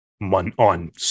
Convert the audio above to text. on